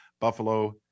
Buffalo